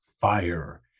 fire